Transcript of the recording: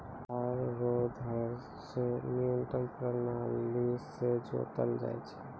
हल रो धार से न्यूतम प्राणाली से जोतलो जाय छै